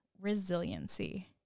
resiliency